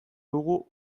dugu